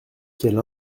quelle